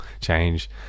change